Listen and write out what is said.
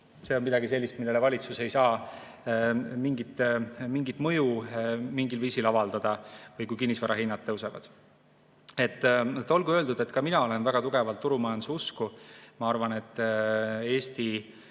see on midagi sellist, millele valitsus ei saa mingit mõju mingil viisil avaldada, või kui kinnisvarahinnad tõusevad. Olgu öeldud, et ka mina olen väga tugevalt turumajanduse usku. Ma arvan, et Eesti